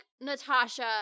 natasha